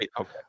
Okay